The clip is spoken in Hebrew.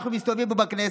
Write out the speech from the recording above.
אנחנו מסתובבים פה בכנסת,